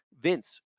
Vince